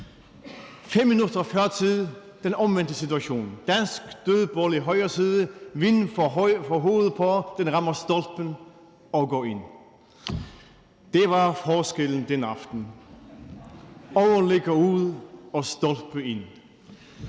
5 minutter før tid – den omvendte situation. Dansk dødbold i højre side, Wind får hovedet på, den rammer stolpen og går ind. Det var forskellen den aften: overligger – ud og stolpe – ind.